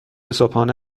صبحانه